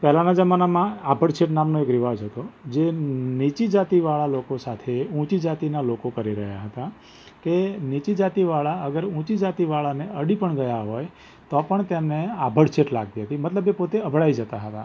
પહેલાંના જમાનામાં આભડછેટ નામનો એક રીવાજ હતો જે નીચી જાતિવાળા લોકો સાથે ઊંચી જાતિના લોકો કરી રહ્યા હતા કે નીચી જાતિવાળા અગર ઊંચી જાતિવાળાને અડી પણ ગયા હોય તો પણ તેમને આભડછેટ લાગતી હતી મતલબ એ પોતે અભડાઇ જતા હતા